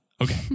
okay